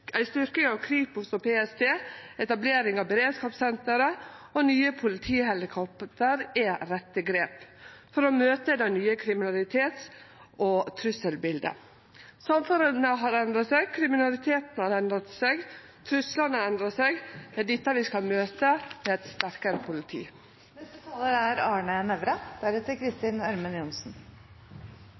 ei styrking av Kripos og PST, etablering av beredskapssenteret og nye politihelikopter er rette grep for å møte det nye kriminalitets- og trusselbiletet. Samfunnet har endra seg, kriminaliteten har endra seg, og truslane har endra seg. Det er dette vi skal møte med eit sterkare politi.